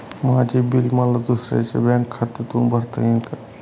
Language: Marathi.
माझे बिल मला दुसऱ्यांच्या बँक खात्यातून भरता येईल का?